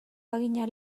bagina